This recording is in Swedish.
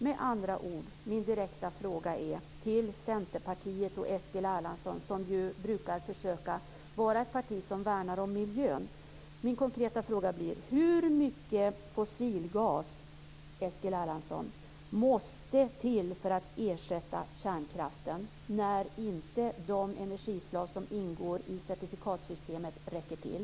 Jag vill ställa en konkret fråga till Centerpartiet och Eskil Erlandsson, som ju tillhör ett parti som brukar försöka värna om miljön: Hur mycket fossilgas, Eskil Erlandsson, måste till för att ersätta kärnkraften när de energislag som ingår i certifikatsystemet inte räcker till?